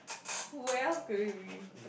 who else could it be